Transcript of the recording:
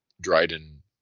Dryden